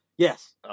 Yes